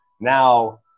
Now